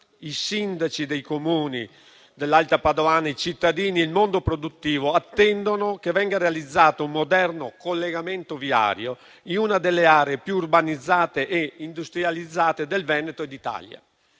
i sindaci dei Comuni dell'alta-padovana, i cittadini e il mondo produttivo attendono che venga realizzato un moderno collegamento viario in una delle aree più urbanizzate e industrializzate del Veneto e d'Italia.